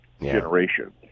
generation